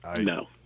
No